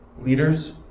leaders